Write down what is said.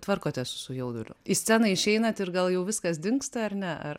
tvarkotės su jauduliu į sceną išeinat ir gal jau viskas dingsta ar ne ar